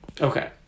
Okay